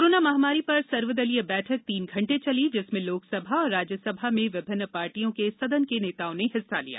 corona महामारी पर सर्वदलीय बैठक तीन घंटे चली जिसमें लोकसभा और राज्यसभा में विभिन्न पार्टियों के सदन के नेताओं ने हिस्सा लिया